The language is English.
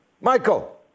Michael